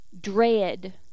dread